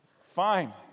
Fine